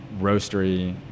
roastery